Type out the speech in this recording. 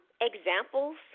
examples